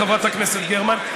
חברת הכנסת גרמן,